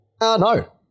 No